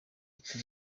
iki